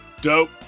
Dope